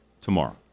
tomorrow